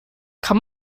kann